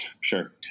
Sure